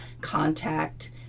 contact